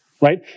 right